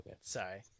sorry